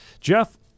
Jeff